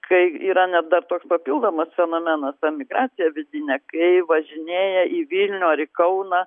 kai yra net dar toks papildomas fenomenas ta emigracija vidinė kai važinėja į vilnių ar į kauną